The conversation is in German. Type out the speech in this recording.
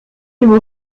dem